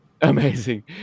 amazing